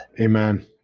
amen